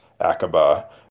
Aqaba